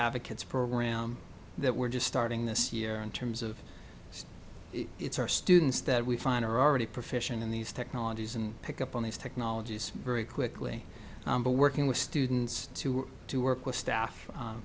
advocates program that we're just starting this year in terms of it's our students that we find already profession in these technologies and pick up on these technologies very quickly working with students to to work with staff